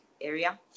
area